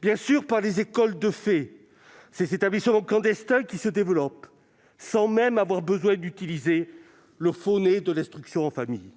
bien aux écoles de fait, ces établissements clandestins qui se développent, sans même avoir besoin d'utiliser le faux nez de l'instruction en famille.